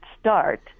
start